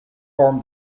form